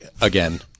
again